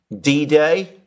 D-Day